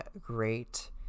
great